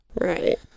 Right